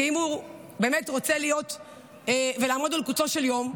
כי אם הוא רוצה לעמוד על קוצו של יו"ד,